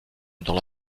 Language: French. dans